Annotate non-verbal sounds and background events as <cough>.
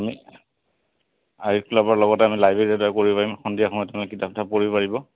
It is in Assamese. আমি <unintelligible> ক্লাবৰ লগতে আমি লাইব্ৰেৰী এটাও কৰি ল'ম সন্ধিয়া সময়ত আমি কিতাপ চিতাপ পঢ়িব পাৰিব